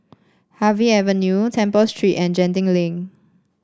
Harvey Avenue Temple Street and Genting Link